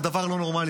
זה דבר לא נורמלי.